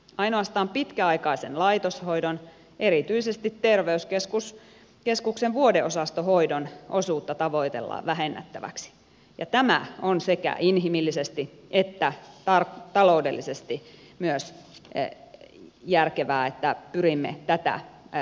ainoastaan pitkäaikaisen laitoshoidon erityisesti terveyskeskuksen vuodeosastohoidon osuutta tavoitellaan vähennettäväksi ja tämä on sekä inhimillisesti että taloudellisesti myös järkevää että pyrimme tätä vähentämään